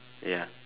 ya